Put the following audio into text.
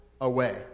away